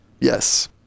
yes